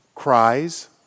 Cries